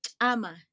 Ama